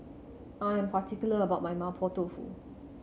I am particular about my Mapo Tofu